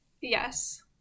Yes